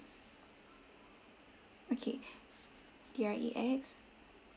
okay T R E X